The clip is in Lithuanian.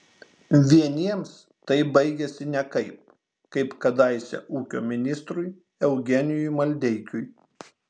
vieniems tai baigiasi nekaip kaip kadaise ūkio ministrui eugenijui maldeikiui